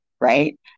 right